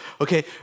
okay